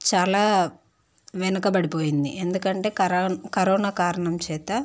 చాలా వెనుకబడిపోయింది ఎందుకంటే కరో కరోనా కారణం చేత